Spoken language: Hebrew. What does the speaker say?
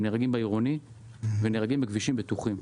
הם נהרגים בכבישים עירוניים והם נהרגים בכבישים בטוחים.